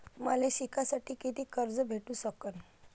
मले शिकासाठी कितीक कर्ज भेटू सकन?